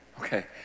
Okay